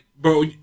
bro